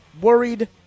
Worried